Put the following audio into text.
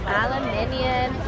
aluminium